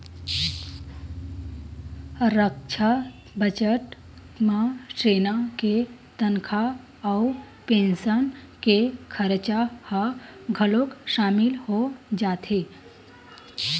रक्छा बजट म सेना के तनखा अउ पेंसन के खरचा ह घलोक सामिल हो जाथे